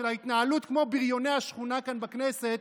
של ההתנהלות של בריוני השכונה כאן בכנסת,